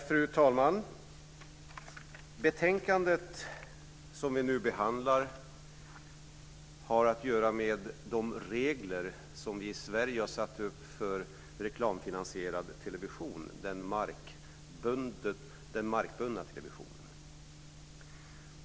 Fru talman! Betänkandet som vi nu behandlar har att göra med de regler som vi i Sverige har satt upp för reklamfinansierad markbunden television.